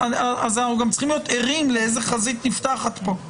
אנחנו גם צריכים להיות ערים לחזית שנפתחת כאן.